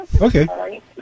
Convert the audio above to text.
Okay